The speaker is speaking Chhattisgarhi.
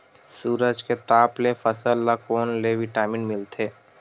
सूरज के ताप ले फसल ल कोन ले विटामिन मिल थे?